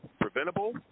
preventable